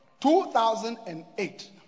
2008